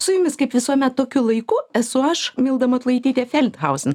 su jumis kaip visuomet tokiu laiku esu aš milda matulaitytė feldhauzen